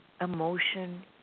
emotion